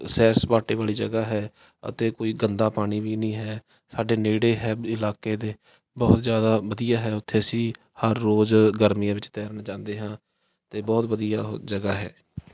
ਸੈਰ ਸਪਾਟੇ ਵਾਲੀ ਜਗ੍ਹਾ ਹੈ ਅਤੇ ਕੋਈ ਗੰਦਾ ਪਾਣੀ ਵੀ ਨਹੀਂ ਹੈ ਸਾਡੇ ਨੇੜੇ ਹੈ ਇਲਾਕੇ ਦੇ ਬਹੁਤ ਜ਼ਿਆਦਾ ਵਧੀਆ ਹੈ ਉੱਥੇ ਅਸੀਂ ਹਰ ਰੋਜ਼ ਗਰਮੀਆਂ ਵਿੱਚ ਤੈਰਨ ਜਾਂਦੇ ਹਾਂ ਅਤੇ ਬਹੁਤ ਵਧੀਆ ਉਹ ਜਗ੍ਹਾ ਹੈ